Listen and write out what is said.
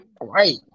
right